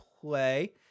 play